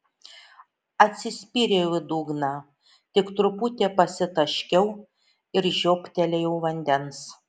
atsispyriau į dugną tik truputį pasitaškiau ir žiobtelėjau vandens